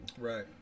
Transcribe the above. Right